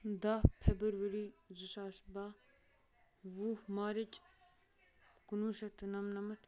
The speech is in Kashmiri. دہ فیٚبَرؤری زٕ ساس بہہ وُہ مارٕچ کُنوُہ شیٚتھ تہٕ نَمنَمَتھ